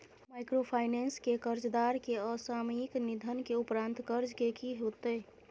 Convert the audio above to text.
Microfinance के कर्जदार के असामयिक निधन के उपरांत कर्ज के की होतै?